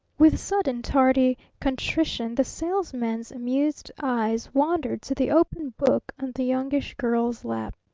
with sudden tardy contrition the salesman's amused eyes wandered to the open book on the youngish girl's lap.